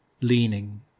leaning